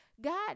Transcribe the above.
God